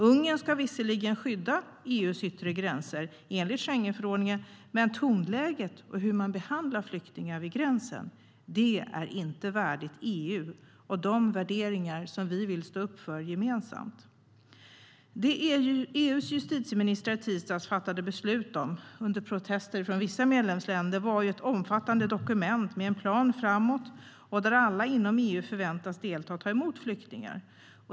Ungern ska visserligen skydda EU:s yttre gränser enligt Schengenförordningen, men tonläget och sättet på vilket man behandlar flyktingar vid gränsen är inte värdigt EU och motsvarar inte de värderingar som vi gemensamt vill stå upp för. Det EU:s justitieministrar i tisdags fattade beslut om, under protester från vissa medlemsländer, gällde ett omfattande dokument med en plan framåt där alla inom EU förväntas delta och ta emot flyktingar.